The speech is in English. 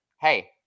Hey